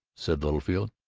said littlefield.